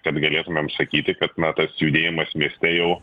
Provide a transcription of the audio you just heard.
kad galėtumėm sakyti kad na tas judėjimas mieste jau